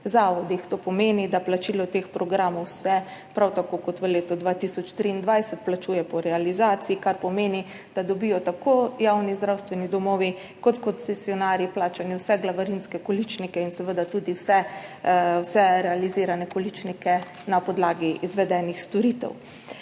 To pomeni, da se plačilo teh programov prav tako kot v letu 2023 plačuje po realizaciji, kar pomeni, da dobijo tako javni zdravstveni domovi kot koncesionarji plačane vse glavarinske količnike in seveda tudi vse realizirane količnike na podlagi izvedenih storitev.